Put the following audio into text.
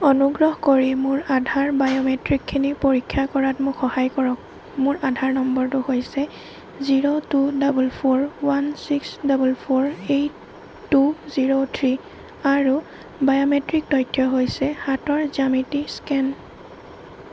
অনুগ্ৰহ কৰি মোৰ আধাৰ বায়'মেট্ৰিকখিনি পৰীক্ষা কৰাত মোক সহায় কৰক মোৰ আধাৰ নম্বৰটো হৈছে zero two double four one six double four eight two zero three আৰু বায়োমেট্ৰিক তথ্য হৈছে হাতৰ জ্যামিতি স্কেন